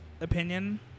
opinion